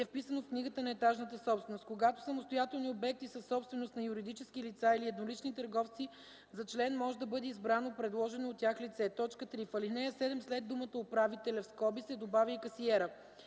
е вписано в книгата на етажната собственост. Когато самостоятелни обекти са собственост на юридически лица или еднолични търговци, за член може да бъде избрано предложено от тях лице.” 3. В ал. 7 след думата „(управителя)” се добавя „и касиера”.